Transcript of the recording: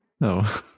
No